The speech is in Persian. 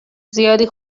زیادی